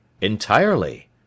Entirely